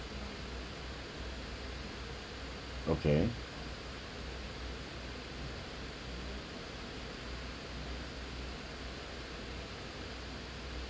okay